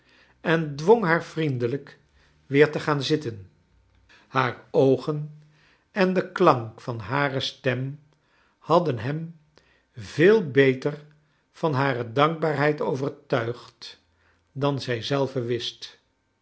en dwong haar vriendelijk weer te gaan zitten haar oogen en de klank van hare stem hadden hem veel beter van hare dankbaarheid overtuigd dan zij zelve wist